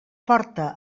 porta